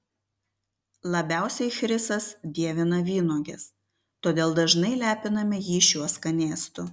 labiausiai chrisas dievina vynuoges todėl dažnai lepiname jį šiuo skanėstu